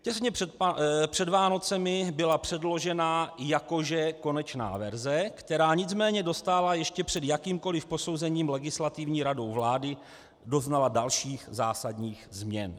Těsně před Vánocemi byla předložena jako že konečná verze, která nicméně doznala ještě před jakýmkoliv posouzením Legislativní radou vlády dalších zásadních změn.